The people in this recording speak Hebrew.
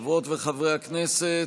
חברות וחברי הכנסת,